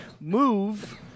move